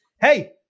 hey